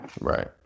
Right